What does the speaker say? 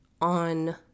on